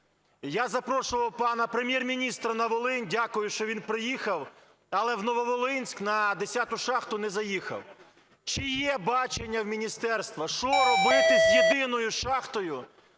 я запрошував пана Прем'єр-міністра на Волинь. Дякую, що він приїхав, але в Нововолинськ на 10-у шахту не заїхав. Чи є бачення у міністерства, що робити з єдиною шахтою,